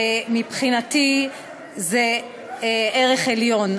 ומבחינתי זה ערך עליון.